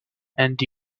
and